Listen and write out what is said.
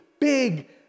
big